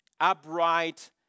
upright